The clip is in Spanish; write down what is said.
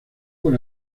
con